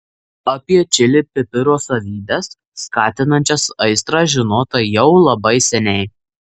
apie čili pipiro savybes skatinančias aistrą žinota jau labai seniai